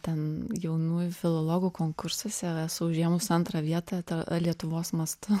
ten jaunųjų filologų konkursuose esą užėmus antrą vietą ta lietuvos mastu